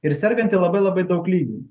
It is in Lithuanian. ir serganti labai labai daug lygių